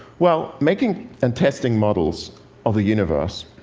well, making and testing models of the universe